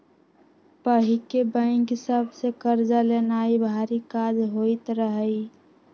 पहिके बैंक सभ से कर्जा लेनाइ भारी काज होइत रहइ